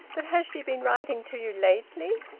but has she been writing to you lately?